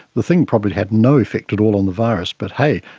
the thing probably had no effect at all on the virus, but hey,